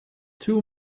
two